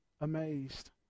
amazed